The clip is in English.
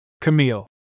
Camille